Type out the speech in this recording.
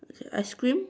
ice cream